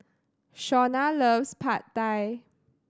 Shawnna loves Pad Thai